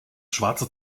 schwarze